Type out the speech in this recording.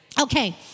Okay